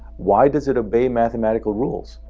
why does it obey mathematical rules?